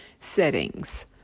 settings